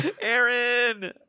Aaron